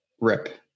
rip